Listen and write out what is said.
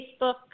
Facebook